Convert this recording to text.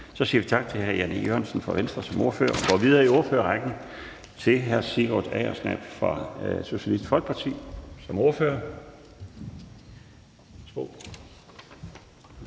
Så siger vi tak til hr. Jan E. Jørgensen fra Venstre som ordfører og går videre i ordførerrækken til hr. Sigurd Agersnap fra Socialistisk Folkeparti som ordfører.